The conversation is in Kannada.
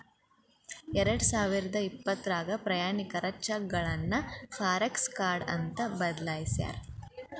ಎರಡಸಾವಿರದ ಇಪ್ಪತ್ರಾಗ ಪ್ರಯಾಣಿಕರ ಚೆಕ್ಗಳನ್ನ ಫಾರೆಕ್ಸ ಕಾರ್ಡ್ ಅಂತ ಬದಲಾಯ್ಸ್ಯಾರ